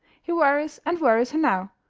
he worries and worries her now,